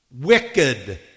wicked